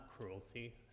cruelty